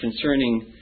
concerning